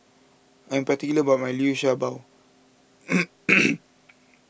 I'm particular about my Liu Sha Bao